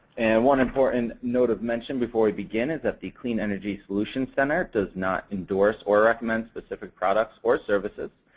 one important note of mention before we begin is that the clean energy solutions center does not endorse or recommend specific products or services.